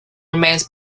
remains